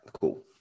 cool